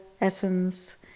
Essence